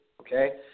okay